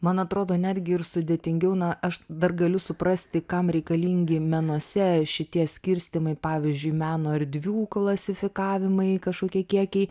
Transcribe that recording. man atrodo netgi ir sudėtingiau na aš dar galiu suprasti kam reikalingi menuose šitie skirstymai pavyzdžiui meno erdvių klasifikavimai kažkokie kiekiai